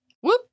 Whoop